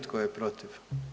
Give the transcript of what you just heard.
Tko je protiv?